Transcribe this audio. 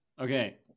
Okay